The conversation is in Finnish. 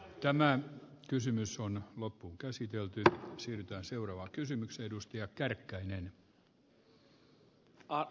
tänään kysymys on loppuunkäsitelty ja siitä seuraava kysymys edusti acker arvoisa puhemies